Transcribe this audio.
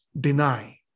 deny